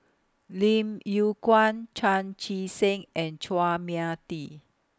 Lim Yew Kuan Chan Chee Seng and Chua Mia Tee